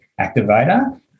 activator